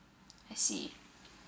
I see